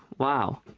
wow,